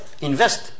invest